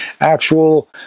actual